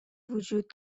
وجود